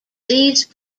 these